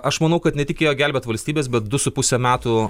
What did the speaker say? aš manau kad ne tik ėjo gelbėt valstybės bet du su puse metų